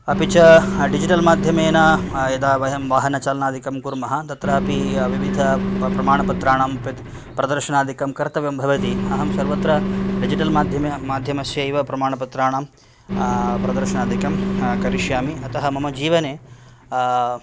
अपि च डिजिटल् माध्यमेन यदा वयं वाहनचलनादिकं कूर्मः तत्रापि विविधप्रमाणपत्राणां प्रदर्शनादिकं कर्तव्यं भवति अहं सर्वत्र डिजिटल् मा माध्यस्यैव प्रमाणपत्राणां प्रदर्शनादिकं करिष्यामि अतः मम जीवने